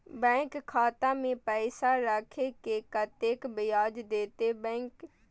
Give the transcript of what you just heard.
Bank खाता में पैसा राखे से कतेक ब्याज देते बैंक?